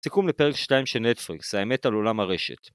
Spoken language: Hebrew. סיכום לפרק 2 של נטפליקס, האמת על עולם הרשת